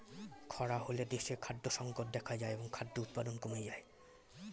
খরা হলে দেশে খাদ্য সংকট দেখা যায় এবং খাদ্য উৎপাদন কমে যায়